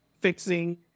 fixing